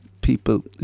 people